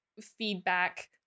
feedback